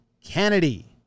Kennedy